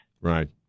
right